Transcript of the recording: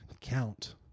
count